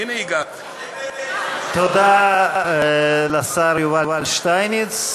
תודה לשר יובל שטייניץ,